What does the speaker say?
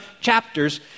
chapters